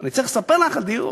אני צריך לספר לך על דיור?